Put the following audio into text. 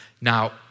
Now